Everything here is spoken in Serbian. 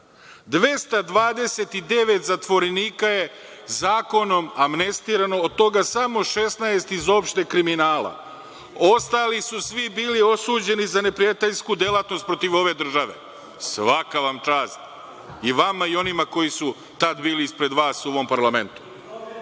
229 zatvorenika, od toga samo 16 iz opšteg kriminala, ostali su svi bili osuđeni za neprijateljsku delatnost protiv ove države. Svaka vam čast, i vama i onima koji su tad bili ispred vas u ovom parlamentu.